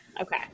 okay